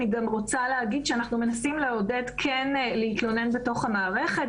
אני גם רוצה להגיד שאנחנו מנסים לעודד כן להתלונן בתוך המערכת,